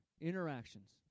interactions